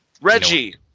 Reggie